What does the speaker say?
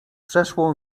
przeszło